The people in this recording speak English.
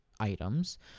items